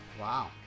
wow